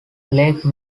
lake